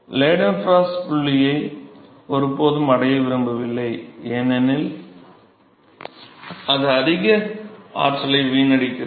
Leidenfrost புள்ளியை ஒருபோதும் அடைய விரும்பவில்லை ஏனெனில் அது அதிக ஆற்றலை வீணடிக்கிறது